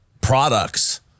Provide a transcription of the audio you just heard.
products